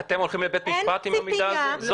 אין ציפייה --- אתם הולכים לבית משפט עם המידע הזה?